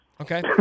Okay